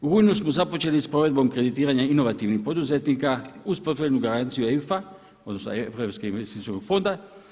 U rujnu smo započeli s provedbom kreditiranja inovativnih poduzetnika uz potrebnu garanciju EIF-a, odnosno Europskog investicijskog fonda.